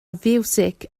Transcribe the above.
fiwsig